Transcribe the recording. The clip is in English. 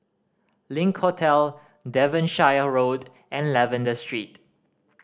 Link Hotel Devonshire Road and Lavender Street